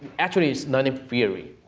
actually it's not in theory,